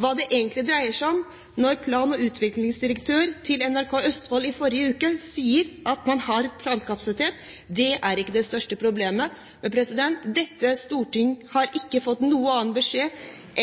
hva det egentlig dreier seg om når plan- og utviklingsdirektøren i forrige uke sa til NRK Østfold at man har plankapasitet, og at det er ikke det største problemet. Dette storting har ikke fått noen annen beskjed